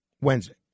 Wednesday